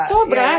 Sobra